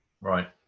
right